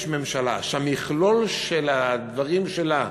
יש ממשלה שהמכלול של הדברים שלה,